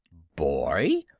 boy?